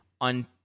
on